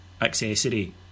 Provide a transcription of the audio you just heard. accessory